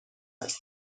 است